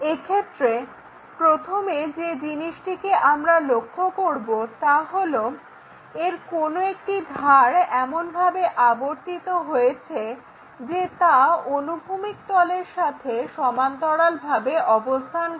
এক্ষেত্রে প্রথম যে জিনিসটিকে আমরা লক্ষ্য করবো তা হলো এর কোনো একটি ধার এমনভাবে আবর্তিত হয়েছে যে তা অনুভূমিক তলের সাথে সমান্তরালভাবে অবস্থান করছে